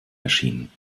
erschienen